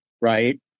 right